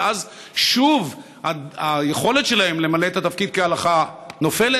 ואז שוב היכולת שלהם למלא את התפקיד כהלכה נופלת,